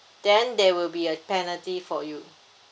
then there will be a penalty for you